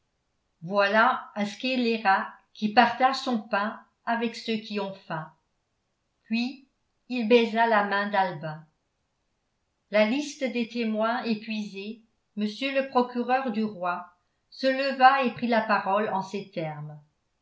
voilà un scélérat qui partage son pain avec ceux qui ont faim puis il baisa la main d'albin la liste des témoins épuisée monsieur le procureur du roi se leva et prit la parole en ces termes